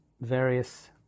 various